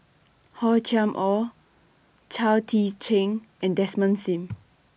Hor Chim Or Chao Tzee Cheng and Desmond SIM